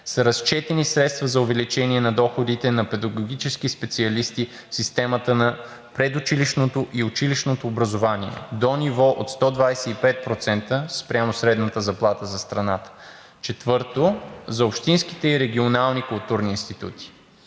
са разчетени средства за увеличение на доходите на педагогически специалисти в системата на предучилищното и училищното образование до ниво от 125% спрямо средната заплата за страната. Четвърто, за общинските и регионалните културни институти